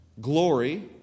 glory